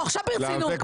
אני עובר להצבעה.